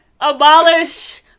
Abolish